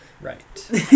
Right